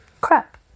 Crap